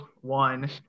one